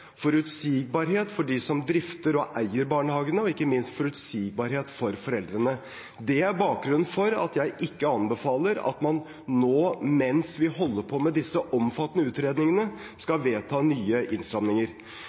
forutsigbarhet for dem som drifter og eier barnehagene, og ikke minst forutsigbarhet for foreldrene. Det er bakgrunnen for at jeg ikke anbefaler at man nå, mens vi holder på med disse omfattende utredningene,